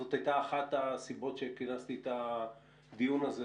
זו הייתה אחת הסיבות שכינסתי את הדיון הזה,